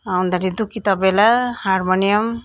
अन्तखेरि डुगी तबला हार्मोनियम